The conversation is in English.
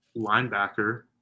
linebacker